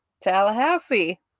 Tallahassee